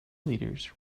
leaders